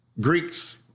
Greek's